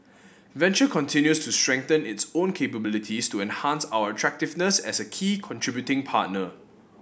venture continues to strengthen its own capabilities to enhance our attractiveness as a key contributing partner